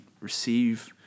receive